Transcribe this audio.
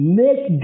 make